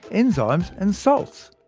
enzymes and salts.